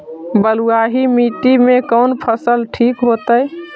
बलुआही मिट्टी में कौन फसल ठिक होतइ?